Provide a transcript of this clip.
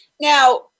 Now